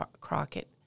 Crockett